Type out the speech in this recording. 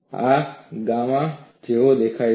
આ ગામા જેવો દેખાય છે